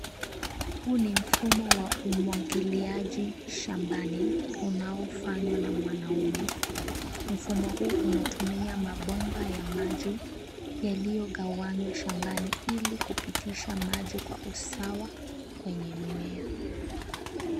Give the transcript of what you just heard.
Huu ni mfumo wa umwagiliaji shambani unaofanywa na mwanaume. Mfumo huu unatumia mabomba ya maji yaliyogawanywa shambani ili kupitisha maji kwa usawa kwenye mimea.